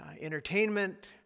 entertainment